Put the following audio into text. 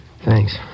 Thanks